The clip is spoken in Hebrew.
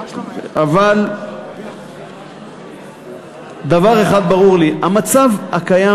אבל דבר אחד ברור לי: המצב הקיים,